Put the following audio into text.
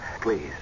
Please